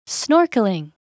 snorkeling